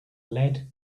lead